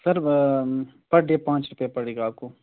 سر per day پانچ روپیہ پڑے گا آپ کو